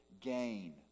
gain